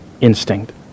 instinct